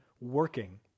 working